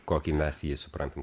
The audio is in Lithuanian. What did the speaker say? kokį mes jį suprantam